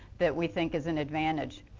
that we think is an advantage.